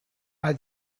are